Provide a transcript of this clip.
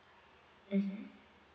mmhmm